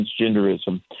transgenderism